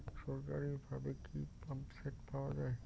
সরকারিভাবে কি পাম্পসেট পাওয়া যায়?